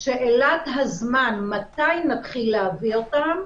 שאלת הזמן, מתי נתחיל להביא אותם,